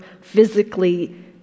physically